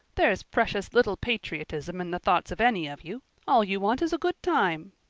there's precious little patriotism in the thoughts of any of you. all you want is a good time.